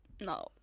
No